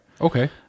Okay